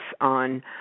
on